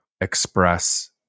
express